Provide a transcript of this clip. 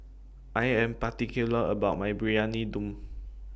I Am particular about My Briyani Dum